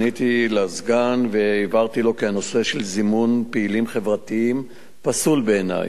פניתי לסגן והבהרתי לו כי הנושא של זימון פעילים חברתיים פסול בעיני.